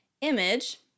image